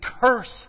cursed